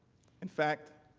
in fact,